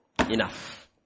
enough